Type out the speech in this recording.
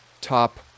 Top